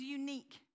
unique